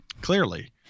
Clearly